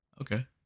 okay